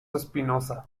espinosa